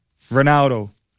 Ronaldo